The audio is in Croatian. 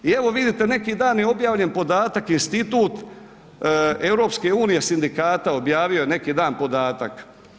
I evo vidite neki dan je objavljen podatak, institut EU sindikata objavio je neki dan podatak.